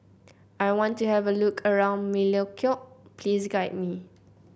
I want to have a look around Melekeok please guide me